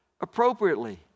appropriately